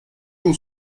l’on